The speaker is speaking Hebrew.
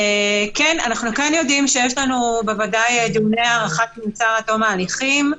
אנחנו כן יודעים שיש דיוני הארכת מעצר עד תום ההליכים.